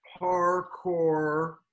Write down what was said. parkour